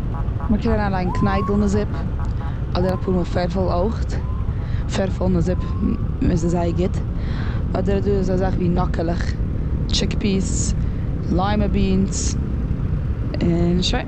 מ'קען אריינלייגן קניידל און די זופ, אדער אפאר מעל פערפל אויך. פערפל און די זופ איז זייער גוט. אדער איז דא אזא זאך ווי נאקעלעך, טשיק פיעס, ליימע ביענס, און שוין.